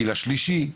הגיל השלישי,